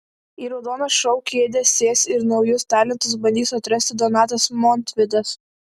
į raudoną šou kėdę sės ir naujus talentus bandys atrasti donatas montvydas